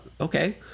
okay